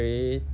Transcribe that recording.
two